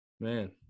man